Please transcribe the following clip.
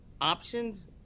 options